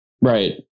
Right